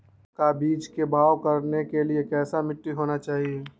का बीज को भाव करने के लिए कैसा मिट्टी होना चाहिए?